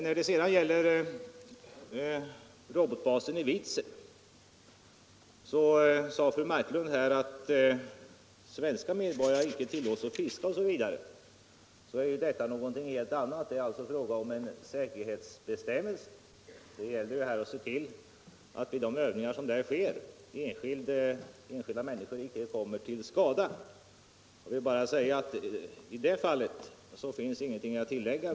När det sedan gäller robotbasen i Vidsel sade fru Marklund att svenska medborgare icke tillåts att fiska där osv. Men detta är ju någonting helt annat; här är det fråga om en säkerhetsbestämmelse. Det gäller att se till att vid de övningar som äger rum där enskilda människor icke kommer till skada. I det fallet finns ingenting att ullägga.